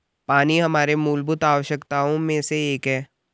पानी हमारे मूलभूत आवश्यकताओं में से एक है